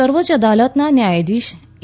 સર્વોચ્ય અદાલતના ન્યાયાધીશ એ